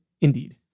Indeed